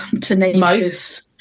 tenacious